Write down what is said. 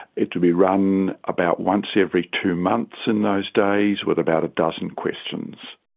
it would be run about once every two months in those days with about a dozen questions.